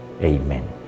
amen